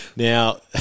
Now